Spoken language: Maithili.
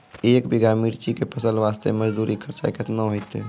एक बीघा मिर्ची के फसल वास्ते मजदूरी खर्चा केतना होइते?